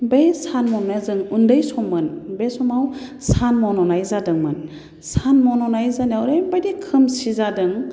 बे सान मन'नाया जों उन्दै सममोन बे समाव सान मन'नाय जादोंमोन सान मन'नाय जानायाव ओरैबादि खोमसि जादों